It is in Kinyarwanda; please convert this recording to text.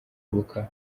ibuka